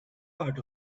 part